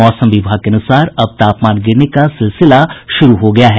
मौसम विभाग के अनुसार अब तापमान गिरने का सिलसिला शुरू हो गया है